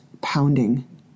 pounding